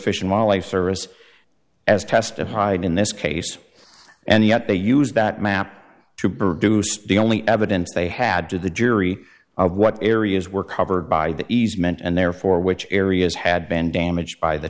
fish and wildlife service as testified in this case and yet they used that map to produce the only evidence they had to the jury of what areas were covered by the easement and therefore which areas had been damaged by the